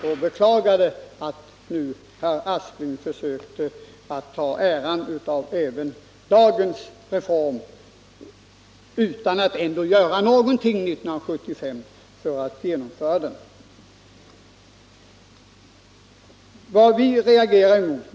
Det är beklagligt att herr Aspling försöker ta åt sig äran av dagens reform, trots att han inte gjorde något för att genomföra den 1975.